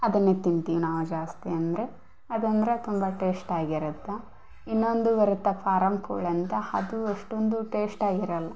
ಅದನ್ನೇ ತಿಂತೀವಿ ನಾವು ಜಾಸ್ತಿ ಅಂದರೆ ಅದಂದರೆ ತುಂಬ ಟೇಸ್ಟಾಗಿರುತ್ತೆ ಇನ್ನೊಂದು ಬರುತ್ತೆ ಫಾರಂ ಕೋಳಿ ಅಂತ ಅದು ಅಷ್ಟೊಂದು ಟೇಸ್ಟಾಗಿರೋಲ್ಲ